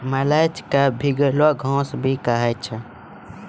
mulch क भींगलो घास भी कहै छै